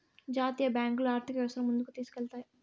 జాతీయ బ్యాంకులు ఆర్థిక వ్యవస్థను ముందుకు తీసుకెళ్తాయి